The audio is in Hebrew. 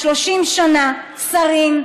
30 שנה שרים,